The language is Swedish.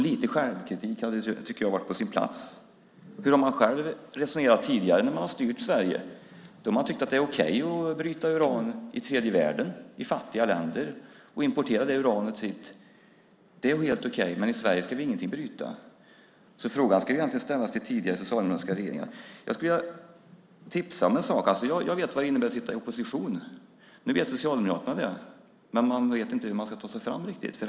Lite självkritik tycker jag hade varit på sin plats. Hur har man själv resonerat tidigare när man styrt Sverige? Då har man tyckt att det är okej att bryta uran i tredje världen, i fattiga länder, och importera det uranet hit. Det är helt okej, men i Sverige ska vi ingenting bryta. Frågan ska alltså ställas till tidigare socialdemokratiska regeringar. Jag skulle vilja tipsa om en sak. Jag vet vad det innebär att sitta i opposition. Nu vet Socialdemokraterna det, men man vet inte hur man ska ta sig fram riktigt.